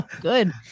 Good